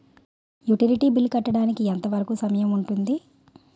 Utility bill కట్టడానికి ఎంత వరుకు సమయం ఉంటుంది?